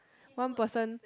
one person